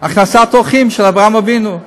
הכנסת אורחים של אברהם אבינו.